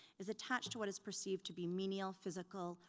is attached to what is perceived to be menial, physical,